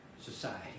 society